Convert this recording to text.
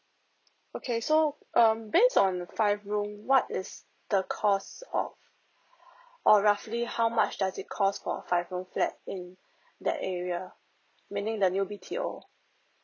okay so um based on five room what is the cost of or roughly how much does it cost for a five room flat in that area meaning the new B_T_O